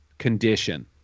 condition